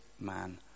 man